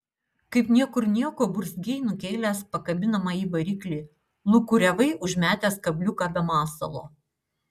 kaip niekur nieko burzgei nukėlęs pakabinamąjį variklį lūkuriavai užmetęs kabliuką be masalo